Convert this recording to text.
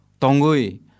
tongui